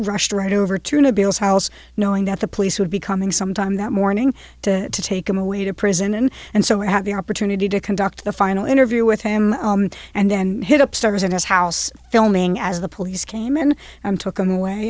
rushed right over to no bills house knowing that the police would be coming sometime that morning to take him away to prison and so i had the opportunity to conduct the final interview with him and then hit up stars in his house filming as the police came in and took him away